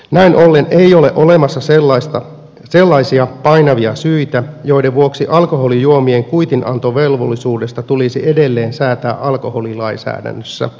näin ollen ei ole olemassa sellaisia painavia syitä joiden vuoksi alkoholijuomien kuitinantovelvollisuudesta tulisi edelleen säätää alkoholilainsäädännössä